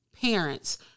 parents